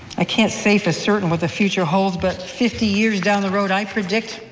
i can't say for certain what the future holds. but fifty years down the road, i predict,